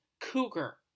cougar